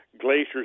glaciers